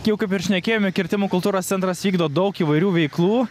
jau kaip ir šnekėjome kirtimų kultūros centras vykdo daug įvairių veiklų